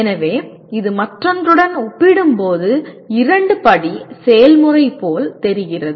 எனவே இது மற்றொன்றுடன் ஒப்பிடும்போது இரண்டு படி செயல்முறை போல் தெரிகிறது